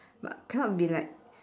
but cannot be like